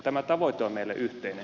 tämä tavoite on meille yhteinen